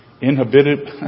inhibited